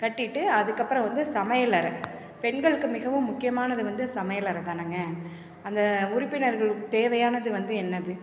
கட்டிட்டு அதுக்கப்பறம் வந்து சமையல் அறை பெண்களுக்கு மிகவும் முக்கியமானது வந்து சமையல் அறைதானங்க அந்த உறுப்பினர்களுக்கு தேவையானது வந்து என்னது